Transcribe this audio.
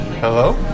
Hello